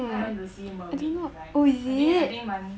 that time I went to see mermaid design I think I think 蛮